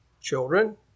children